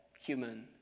human